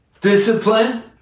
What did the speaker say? discipline